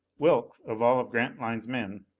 wilks, of all of grantline's men,